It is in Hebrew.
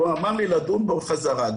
הוא אמר לי לדון בו חזרה.